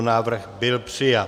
Návrh byl přijat.